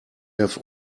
have